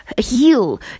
heal